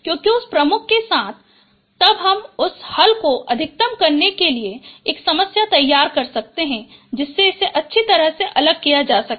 क्योंकि उस प्रमुख के साथ तब हम उस हल को अधिकतम करने के लिए एक समस्या तैयार कर सकते हैं जिससे इसे अच्छी तरह से अलग किया जा सके